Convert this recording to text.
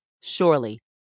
Surely